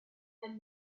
and